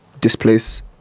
displace